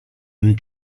and